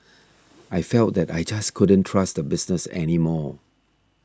I felt that I just couldn't trust the business any more